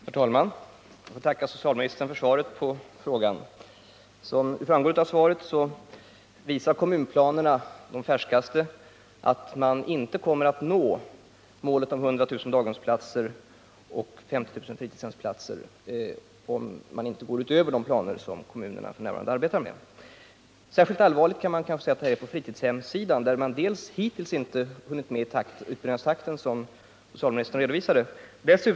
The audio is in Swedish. Herr talman! Jag tackar socialministern för svaret på min fråga. Som framgår av svaret visar de färskaste kommunplanerna att man inte kommer att nå målet 100 000 daghemsplatser och 5 000 fritidshemsplatser om man inte går utöver de planer som kommunerna f.n. arbetar med. Särskilt allvarligt kan detta kanske sägas vara på fritidshemssidan, där man inte hunnit med i utbyggnadstakten, som socialministern redovisade.